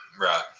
Right